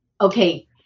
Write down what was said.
okay